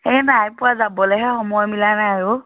এই নাই পোৱা যাবলৈহে সময় মিলা নাই অ'